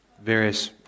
various